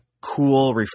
cool